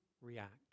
react